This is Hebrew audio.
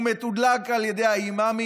הוא מתודלק על ידי האימאמים,